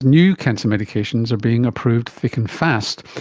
new cancer medications are being approved thick and fast.